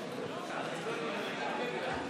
היא לא מביאה תקציב למדינת ישראל.